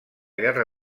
guerra